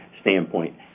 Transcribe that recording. standpoint